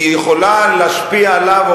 יכולה להשפיע עליו,